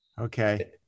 Okay